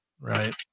Right